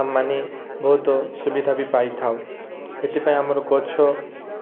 ଆମେମାନେ ବହୁତ ସୁବିଧା ବି ପାଇଥାଉ ସେଥିପାଇଁ ଆମର ଗଛ